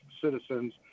citizens